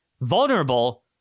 vulnerable